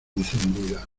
encendida